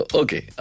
okay